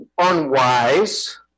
unwise